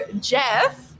jeff